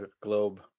globe